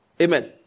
Amen